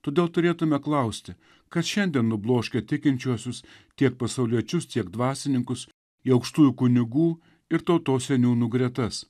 todėl turėtume klausti kas šiandien nubloškia tikinčiuosius tiek pasauliečius tiek dvasininkus į aukštųjų kunigų ir tautos seniūnų gretas